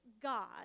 God